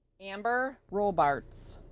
amber robarts